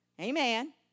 Amen